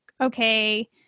okay